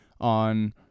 on